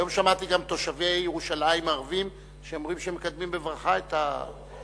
היום שמעתי גם תושבי ירושלים ערבים שאומרים שהם מקדמים בברכה את הרעיון.